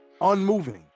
Unmoving